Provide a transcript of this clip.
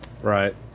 Right